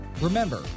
Remember